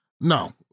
no